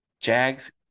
Jags